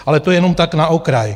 Ale to jenom tak na okraj.